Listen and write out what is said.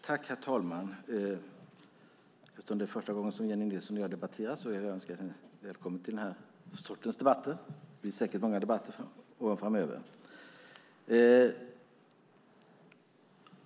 Herr talman! Eftersom det är första gången Jennie Nilsson och jag debatterar vill jag önska henne välkommen till den här sortens debatter. Det blir säkert många debatter åren framöver.